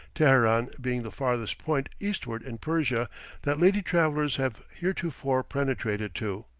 teheran being the farthest point eastward in persia that lady travellers have heretofore penetrated to.